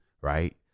right